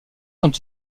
sont